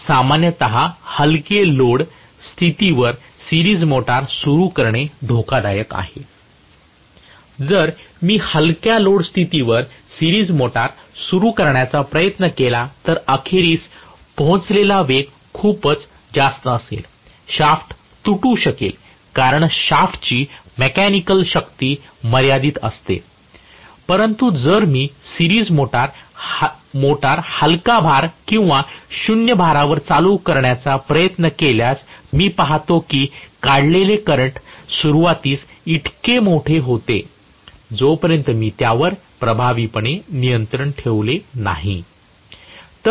तर सामान्यत हलके लोड स्थितीवर सिरीज मोटर सुरू करणे धोकादायक आहे जर मी हलक्या लोड स्थितीवर सिरीज मोटर सुरू करण्याचा प्रयत्न केला तर अखेरीस पोहोचलेला वेग खूपच जास्त असेल शाफ्ट तुटू शकेल कारण शाफ्टची मेकॅनिकल शक्ती मर्यादित असेल परंतु जर मी DC सिरीज मोटर हलका भार किंवा शून्य भारावर चालू करण्याचा प्रयत्न केल्यास मी पाहतो की काढलेले करंट सुरूवातीस इतके मोठे होते जोपर्यंत मी त्यावर प्रभावीपणे नियंत्रण ठेवले नाही